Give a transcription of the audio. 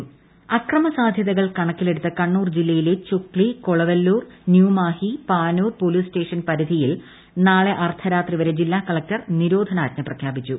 കണ്ണൂർ നിരോധനാജ്ഞ അക്രമ സാധ്യതകൾ കണക്കിലെടുത്ത് കണ്ണൂർ ജില്ലയിലെ ചൊക്ലി കൊളവല്ലൂർ ന്യൂമാഹി പാനൂർ പൊലീസ് സ്റ്റേഷൻ പരിധിയിൽ നാളെ അർദ്ധരാത്രി വരെ ജില്ലാ കളക്ടർ നിരോധനാജ്ഞ പ്രഖ്യാപിച്ചു